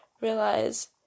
realize